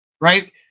right